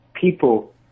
people